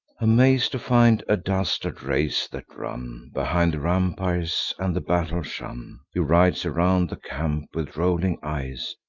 amaz'd to find a dastard race, that run behind the rampires and the battle shun, he rides around the camp, with rolling eyes,